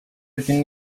ati